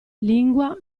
lingua